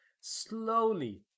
slowly